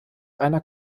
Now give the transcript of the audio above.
einer